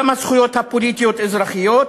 הזכויות הפוליטיות-אזרחיות,